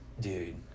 Dude